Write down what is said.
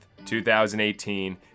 2018